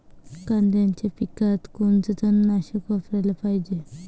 कांद्याच्या पिकात कोनचं तननाशक वापराले पायजे?